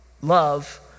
love